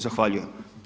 Zahvaljujem.